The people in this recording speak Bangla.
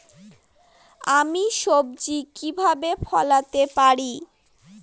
আমি সবজি কিভাবে ফলাতে পারি?